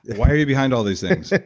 why are you behind all these things?